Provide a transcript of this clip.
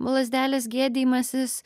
lazdelės gėdijimasis